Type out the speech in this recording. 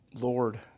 Lord